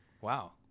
Wow